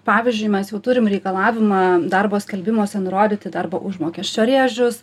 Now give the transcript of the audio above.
pavyzdžiui mes jau turim reikalavimą darbo skelbimuose nurodyti darbo užmokesčio rėžius